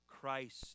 Christ